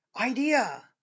idea